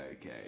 Okay